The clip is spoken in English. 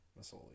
Masoli